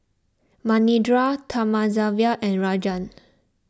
Manindra Thamizhavel and Rajan